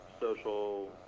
social